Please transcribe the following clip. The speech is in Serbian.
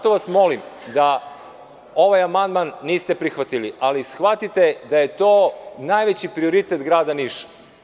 Ovaj amandman niste prihvatili, ali shvatite da je to najveći prioritet grada Niša.